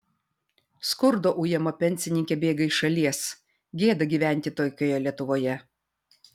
skurdo ujama pensininkė bėga iš šalies gėda gyventi tokioje lietuvoje